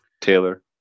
Taylor